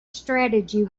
strategy